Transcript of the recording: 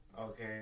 Okay